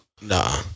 Nah